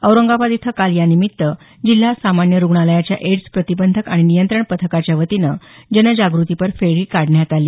औरंगाबाद इथं काल यानिमित्त जिल्हा सामान्य रूग्णालयाच्या एड्स प्रतिबंधक आणि नियंत्रण पथकाच्या वतीनं जनजागृतीपर फेरी काढण्यात आली